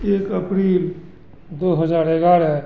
एक अप्रैल दो हज़ार एगारह